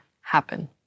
happen